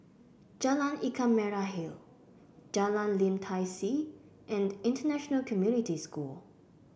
Jalan Ikan Merah Hill Jalan Lim Tai See and International Community School